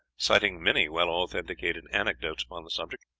citing many well authenticated anecdotes upon the subject.